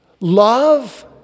love